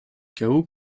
chaos